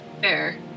fair